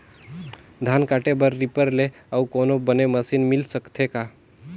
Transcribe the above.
धान काटे बर रीपर ले अउ कोनो बने मशीन मिल सकथे का?